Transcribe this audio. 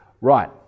right